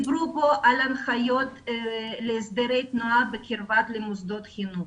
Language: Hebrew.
דיברו כאן על הנחיות להסדרי תנועה בקרבת מוסדות חינוך,